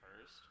first